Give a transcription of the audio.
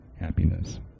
happiness